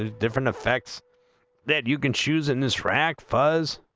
ah different effects that you can choose in this track fuzzed